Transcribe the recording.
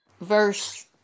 Verse